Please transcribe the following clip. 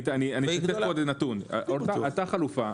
אתן עוד איזה נתון: הייתה חלופה.